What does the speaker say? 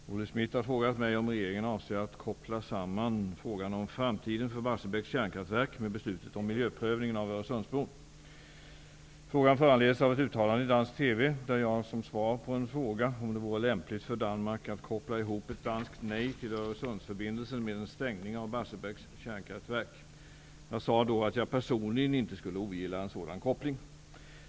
Fru talman! Olle Schmidt har frågat mig om regeringen avser att koppla samman frågan om framtiden för Barsebäcks kärnkraftverk med beslutet om miljöprövningen av Öresundsbron. Frågan föranleds av ett uttalande i dansk TV där jag, som svar på en fråga om det vore lämpligt för Danmark att koppla ihop ett danskt nej till Barsebäcks kärnkraftverk. Jag sade då att jag personligen inte skulle ogilla en sådan koppling.